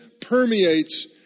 permeates